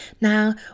Now